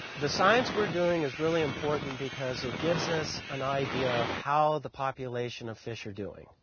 the science we are doing is really important because it gives us an idea of how the population of fish are doing.